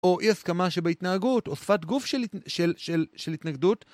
או אי הסכמה שבהתנהגות או שפת גוף של התנגדות